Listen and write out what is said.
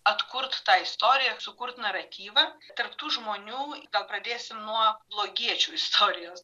atkurt tą istoriją sukurt naratyvą tarp tų žmonių gal pradėsiu nuo blogiečių istorijos